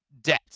debt